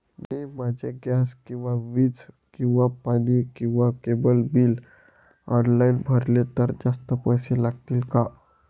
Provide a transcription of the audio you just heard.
मी माझे गॅस किंवा वीज किंवा पाणी किंवा केबल बिल ऑनलाईन भरले तर जास्त पैसे लागतील का?